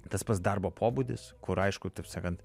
tas pats darbo pobūdis kur aišku taip sakant